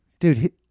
dude